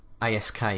ask